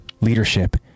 leadership